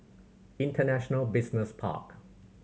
International Business Park